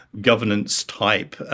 governance-type